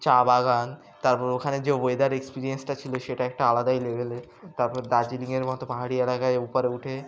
চা বাগান তারপর ওখানে যে ওয়েদার এক্সপিরিয়েন্সটা ছিল সেটা একটা আলাদাই লেভেলে তারপর দার্জিলিংয়ের মতো পাহাড়ি এলাকায় ওপরে উঠে